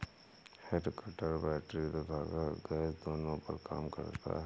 head cutter battery तथा gas दोनों पर काम करता है